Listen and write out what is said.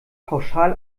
pauschal